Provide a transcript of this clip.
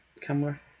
camera